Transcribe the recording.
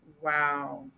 Wow